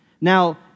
Now